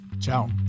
Ciao